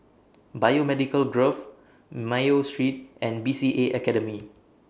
Biomedical Grove Mayo Street and B C A Academy